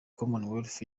commonwealth